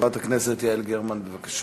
חברת הכנסת יעל גרמן, בבקשה.